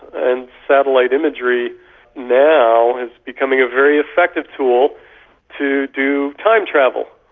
and satellite imagery now is becoming a very effective tool to do time travel,